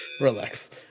Relax